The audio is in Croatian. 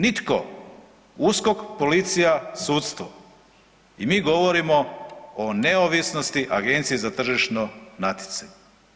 Nitko, USKOK, policija, sudstvo i mi govorimo o neovisnosti Agencije za tržišno natjecanje.